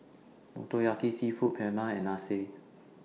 Motoyaki Seafood Paella and Lasagne